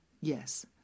yes